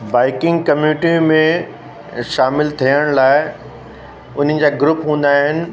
biking community में शामिलु थियण लाइ उन्हनि जा ग्रुप हूंदा आहिनि